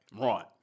Right